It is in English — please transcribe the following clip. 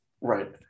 Right